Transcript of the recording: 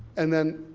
and then,